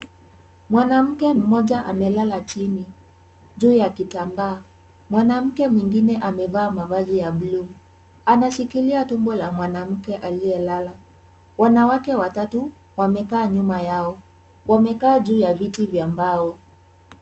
Mwanamke mmoja amelala chini juu ya kitambaa. Mwanamke mwingine amevaa mavazi ya bluu anashikilia tumbo ya mwanamke aliyelala. Wanawake watatu wamekaa nyuma yao . Wamekaa juu ya viti vya mbao.